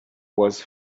was